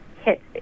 hit